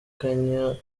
kanye